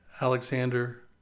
Alexander